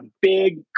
big